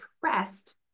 pressed